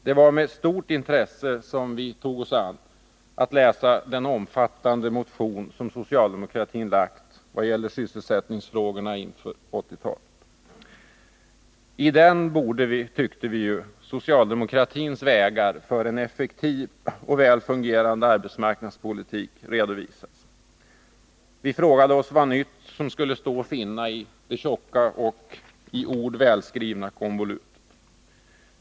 Det var med stort intresse som vi grep oss an med att läsa den omfattande motion som socialdemokraterna väckt om sysselsättningsfrågorna inför 1980-talet. I denna borde ju socialdemokratins vägar för en effektiv och väl fungerande arbetsmarknadspolitik redovisas. Vi frågade oss vad nytt som skulle stå att finna i detta tjocka och välskrivna dokument.